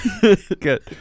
Good